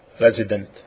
resident